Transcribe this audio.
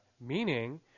meaning